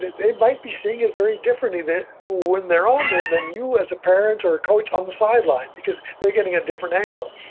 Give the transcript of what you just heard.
they might be seeing it very differently when they're on there than you as a parent or a coach on the sideline, because they're getting a different angle.